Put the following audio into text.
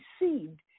received